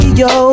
yo